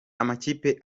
amakipe